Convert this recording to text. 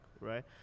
right